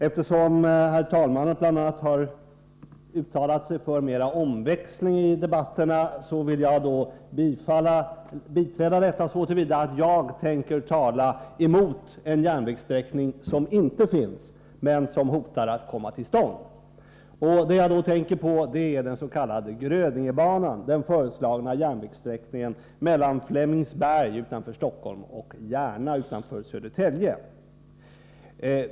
Eftersom herr talmannen har uttalat sig för mera omväxling i debatterna vill jag biträda detta så till vida att jag tänker tala emot en järnvägssträckning som inte finns men som hotar att komma till stånd. Det jag tänker på är den s.k. Grödingebanan, den föreslagna järnvägssträckningen mellan Flemingsberg utanför Stockholm och Järna utanför Södertälje.